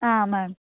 ಹಾಂ ಮ್ಯಾಮ್